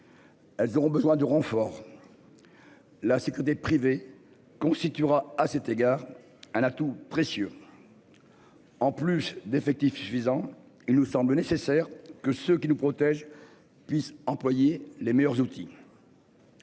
Elles auront besoin de renfort. La sécurité privée constituera à cet égard un atout précieux. En plus d'effectifs suffisants et nous semble nécessaire que ceux qui nous protègent puisse employer les meilleurs outils.